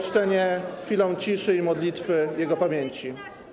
chwilą ciszy i modlitwy jego pamięci.